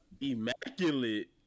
immaculate